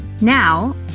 Now